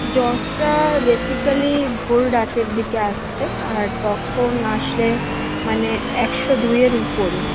জ্বরটা বেসিক্যালি ভোর রাতের দিকে আসছে আর তখন আসলে মানে একশো দুইয়ের উপরে